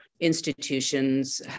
institutions